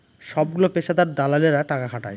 সবগুলো পেশাদার দালালেরা টাকা খাটায়